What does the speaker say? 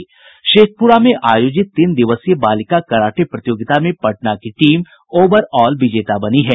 शेखप्ररा में आयोजित तीन दिवसीय बालिका कराटे प्रतियोगिता में पटना की टीम ओवर ऑल विजेता बनी है